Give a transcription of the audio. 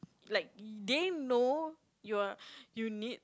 like they know you're you need